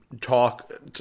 talk